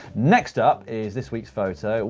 next up is this week's photo,